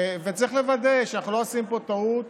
צריך לוודא שאנחנו לא עושים פה טעות